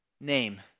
name